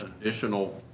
additional